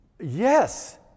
Yes